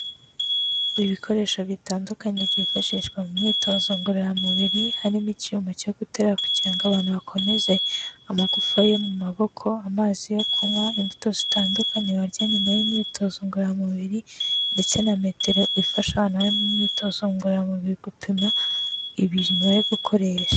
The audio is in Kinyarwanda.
Ibikoresho bitandukanye byifashishwa mu myitozo ngororamubiri, harimo icyuma cyo guterura kugira ngo abantu bakomeze amagufa yo mu maboko, amazi yo kunywa, imbuto zitandukanye barya nyuma y'imyitozo ngororamubiri, ndetse na metero ifasha abantu bari imyitozo ngororamubiri gupima ibintu bari gukoresha.